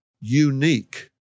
unique